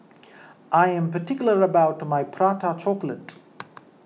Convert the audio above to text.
I am particular about my Prata Chocolate